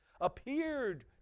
appeared